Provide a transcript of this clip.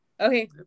Okay